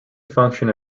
function